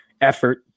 effort